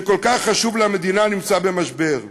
שכל כך חשוב למדינה, נמצא במשבר.